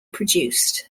produced